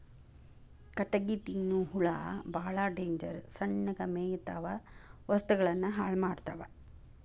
ಕಟಗಿ ತಿನ್ನು ಹುಳಾ ಬಾಳ ಡೇಂಜರ್ ಸಣ್ಣಗ ಮೇಯತಾವ ವಸ್ತುಗಳನ್ನ ಹಾಳ ಮಾಡತಾವ